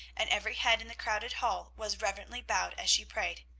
and every head in the crowded hall was reverently bowed as she prayed.